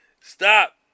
Stop